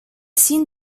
seen